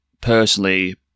personally